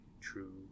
true